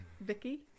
Vicky